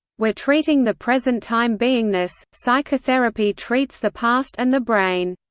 we're treating the present time beingness, psychotherapy treats the past and the brain.